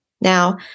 Now